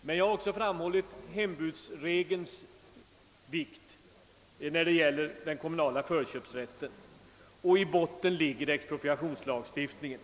Men jag har också framhållit hembudsregelns vikt när det gäller den kommunala förköpsrätten, och i botten ligger expropriationslagstiftningen.